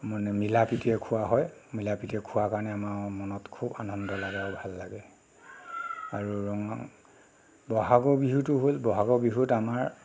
মানে মিলা প্ৰীতিৰে খোৱা হয় মিলা প্ৰীতিৰে খোৱা কাৰণে আমাৰ মনত খুব আনন্দ লাগে আৰু ভাল লাগে আৰু ব'হাগৰ বিহুটো হ'ল ব'হাগৰ বিহুত আমাৰ